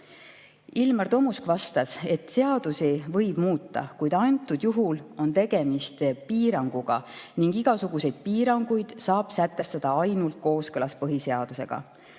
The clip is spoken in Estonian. Ilmar Tomusk vastas, et seadusi võib muuta, kuid antud juhul on tegemist piiranguga ning igasuguseid piiranguid saab sätestada ainult kooskõlas põhiseadusega.